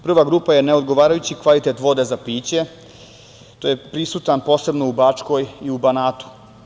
Prva grupa je neodgovarajući kvalitet vode za piće, koji je prisutan posebno u Bačkoj i u Banatu.